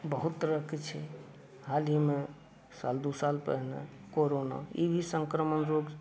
बहुत तरहके छै हालहीमे साल दू साल पहिने कोरोना ई भी संक्रमण रोग